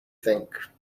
think